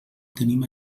tenim